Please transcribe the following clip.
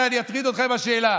אני אטריד אותך עם השאלה: